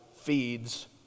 feeds